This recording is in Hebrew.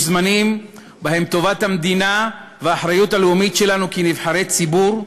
יש זמנים שבהם טובת המדינה והאחריות הלאומית שלנו כנבחרי ציבור,